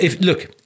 look